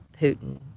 Putin